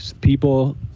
People